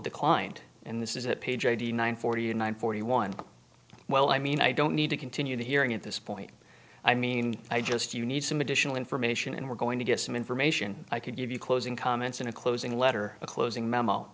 declined in this is that page eighty nine forty nine forty one well i mean i don't need to continue the hearing at this point i mean i just you need some additional information and we're going to get some information i could give you closing comments and closing letter a closing memo